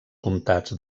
comtats